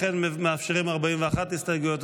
לכן מאפשרים 41 הסתייגויות,